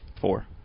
Four